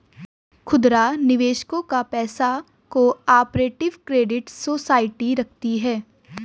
खुदरा निवेशकों का पैसा को ऑपरेटिव क्रेडिट सोसाइटी रखती है